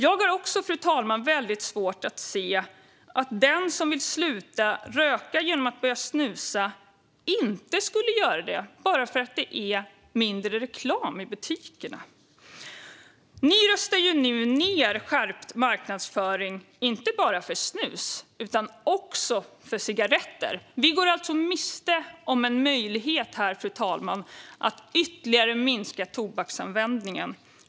Jag har, fru talman, svårt att se att den som vill sluta röka genom att börja snusa inte skulle göra det bara för att det är mindre reklam i butikerna. Ni röstar nu ned förslag om skärpt marknadsföring, inte bara för snus utan också för cigaretter. Vi går alltså miste om en möjlighet, fru talman, att ytterligare minska tobaksanvändningen.